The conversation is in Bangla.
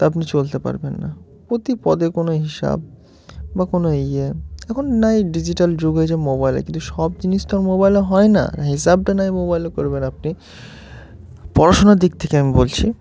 তা আপনি চলতে পারবেন না প্রতি পদে কোনো হিসাব বা কোনো ইয়ে এখন নাই ডিজিটাল যুগে যে মোবাইলে কিন্তু সব জিনিস তো আর মোবাইলও হয় না হিসাবটা নাই মোবাইলও করবেন আপনি পড়াশুনার দিক থেকে আমি বলছি